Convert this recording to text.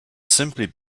simply